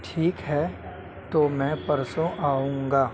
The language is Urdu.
ٹھیک ہے تو میں پرسوں آؤں گا